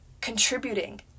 contributing